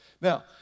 Now